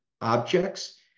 objects